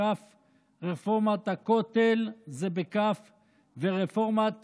בכ'; רפורמת הכותל זה בכ'; ורפורמת